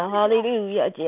Hallelujah